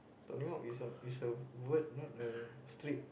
Tony-Hawk is a is a word not a street